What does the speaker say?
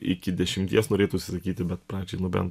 iki dešimties norėtųsi sakyti bet pačiai nu bent